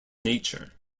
nature